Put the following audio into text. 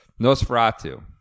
Nosferatu